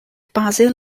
basil